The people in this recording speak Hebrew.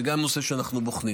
וגם זה נושא שאנחנו בוחנים.